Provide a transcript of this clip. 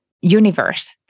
universe